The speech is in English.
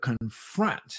confront